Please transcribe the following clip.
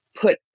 put